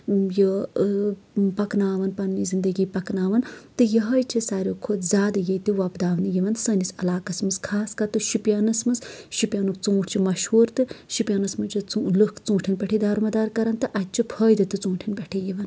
یہِ پَکناوان پَنٕنہِ زنٛدگی پِکناوان تہٕ یِہوے چھِ ساروی کھۄتہٕ زیادٕ ییٚتہِ وۄپداونہٕ یِوان سٲنِس علاقَس منٛز خاص کر تہٕ شوپِینَس مںز شوپِینُک ژوٗنٛٹھ چھُ مشہوٗر تہٕ شوپِینَس مںٛز چھِ لُکھ ژوٗنٹھٮ۪ن پٮ۪ٹھٕے دارمَدار کرن تہٕ اَتہِ چھُ فٲیدٕ تہِ ژوٗنٛٹٹھٮ۪ن پیٚٹھ یِوان